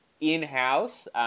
in-house